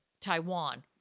Taiwan